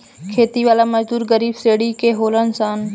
खेती वाला मजदूर गरीब श्रेणी के होलन सन